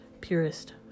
purest